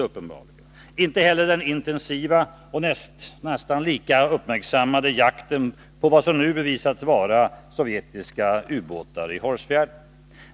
Det gjorde inte heller den intensiva och nästan lika uppmärksammade jakten på vad som nu bevisats vara sovjetiska ubåtar i Hårsfjärden.